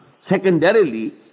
secondarily